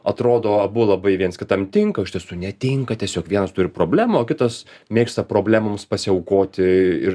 atrodo abu labai vienas kitam tinka o iš tiesų netinka tiesiog vienas turi problemų o kitas mėgsta problemoms pasiaukoti ir